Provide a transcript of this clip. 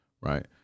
right